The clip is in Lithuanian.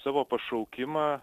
savo pašaukimą